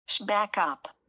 Backup